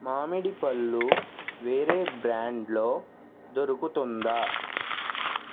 మామిడిపళ్ళు వేరే బ్రాండ్లో దొరుకుతుందా